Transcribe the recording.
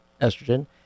estrogen